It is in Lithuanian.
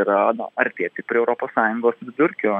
yra na artėti prie europos sąjungos vidurkio